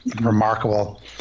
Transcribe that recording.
remarkable